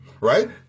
right